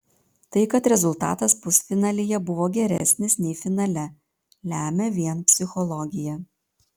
tai kad rezultatas pusfinalyje buvo geresnis nei finale lemia vien psichologija